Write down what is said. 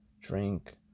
Drink